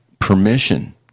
permission